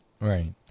Right